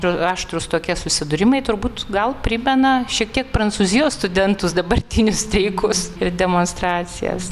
aštrūs tokie susidūrimai turbūt gal primena šiek tiek prancūzijos studentus dabartinius streikus ir demonstracijas